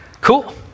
Cool